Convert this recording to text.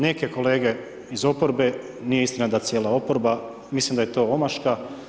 Neke kolege iz oporbe, nije istina da cijela oporba, mislim da je to omaška.